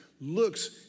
looks